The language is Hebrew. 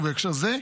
ובהקשר זה,